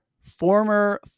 Former